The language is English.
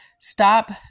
Stop